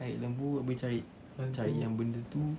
cari lembu abeh cari cari yang benda tu